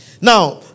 Now